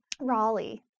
Raleigh